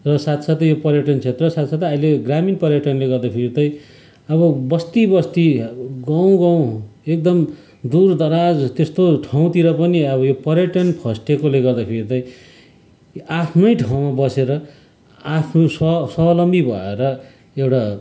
र साथसाथै यो पर्यटन क्षेत्र साथसाथै अहिले ग्रामीण पर्यटनले गर्दाखेरि चाहिँ अब बस्तीबस्ती अब गाउँगाउँ एकदम दुरदराज त्यस्तो ठाउँतिर पनि अब यो पर्यटन फस्टेकोले गर्दाखेरि चाहिँ आफ्नै ठाउँमा बसेर आफ्नो स्वा स्वावलम्बी भएर एउटा